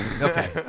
okay